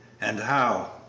and how?